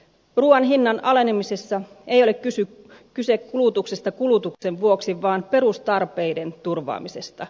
ruuan hinnan alenemisessa ei ole kyse kulutuksesta kulutuksen vuoksi vaan perustarpeiden turvaamisesta